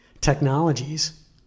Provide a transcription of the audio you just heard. technologies